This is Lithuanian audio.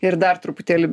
ir dar truputėlį